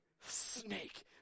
snake